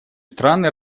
страны